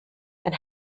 and